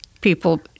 people